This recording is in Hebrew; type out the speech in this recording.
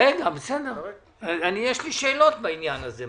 רגע, יש לי שאלות בעניין הזה.